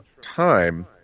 time